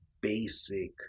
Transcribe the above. basic